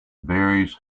berries